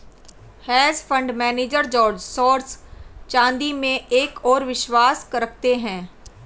hedge fund manager George Soros चांदी में एक और विश्वास रखते हैं